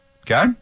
okay